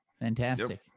Fantastic